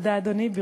תודה, אדוני.